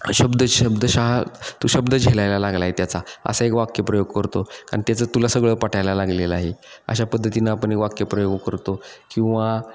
शब्द शब्दशः तू शब्द झेलायला लागला आहे त्याचा असा एक वाक्यप्रयोग करतो कारण त्याचं तुला सगळं पटायला लागलेलं आहे अशा पद्धतीनं आपण एक वाक्यप्रयोग करतो किंवा